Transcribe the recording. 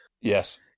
Yes